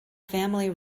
family